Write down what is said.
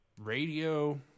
radio